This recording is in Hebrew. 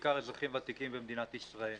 בעיקר אזרחים ותיקים במדינת ישראל.